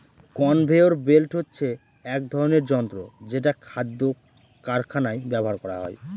conveyor belt হচ্ছে এক ধরনের যন্ত্র যেটা খাদ্য কারখানায় ব্যবহার করা হয়